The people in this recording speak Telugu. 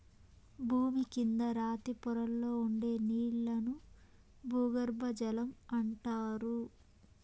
భూమి కింద రాతి పొరల్లో ఉండే నీళ్ళను భూగర్బజలం అంటారు